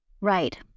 Right